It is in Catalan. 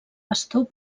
pastor